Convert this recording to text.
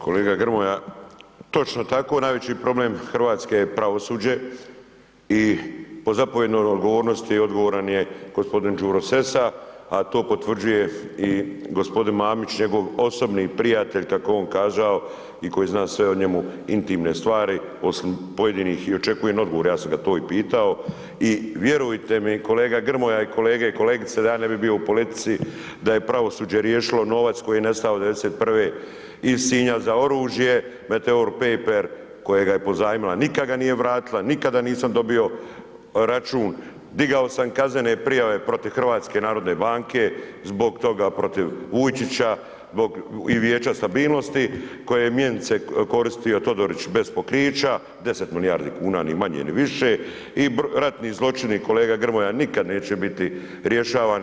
Kolega Grmoja, točno tako najveći problem Hrvatske je pravosuđe i po zapovjednoj odgovornosti odgovoran je gospodin Đuro Sessa, a to potvrđuje i gospodin Mamić njegov osobni prijatelj kako je on kazao i koji zna sve o njemu, intimne stvari osim pojedinih i očekuje …/nerazumljivo/… ja sam ga to i pitao i vjerujte mi kolega Grmoja i kolege i kolegice da ja ne bi bio u politici da je pravosuđe riješilo novac koji je nestao '91. iz Sinja za oružje metoeor paper kojega je pozajmila nikada ga nije vratila, nikada nisam dobio račun, digao sam kaznene prijave protiv HNB-a zbog toga, protiv Vujčića i vijeća stabilnosti koje je mjenice koristio Todorić bez pokrića, 10 milijardi kuna ni manje, ni više i rati zločini kolega Grmoja nikad neće biti rješavani.